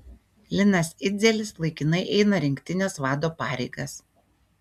linas idzelis laikinai eina rinktinės vado pareigas